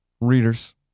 readers